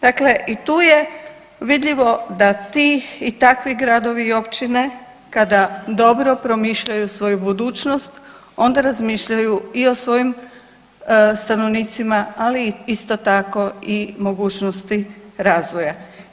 Dakle i tu je vidljivo da ti i takvi gradovi i općine kada dobro promišljaju svoju budućnost onda razmišljaju i o svojim stanovnicima ali isto tako i mogućnosti razvoja.